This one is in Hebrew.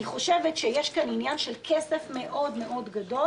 אני חושבת שיש כאן עניין של כסף מאוד מאוד גדול,